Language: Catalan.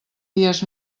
dies